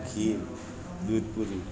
ખીર દૂધ પૂરી